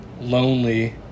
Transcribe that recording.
lonely